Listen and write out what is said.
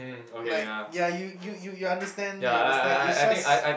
like ya you you you you understand you understand is just